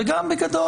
וגם בגדול,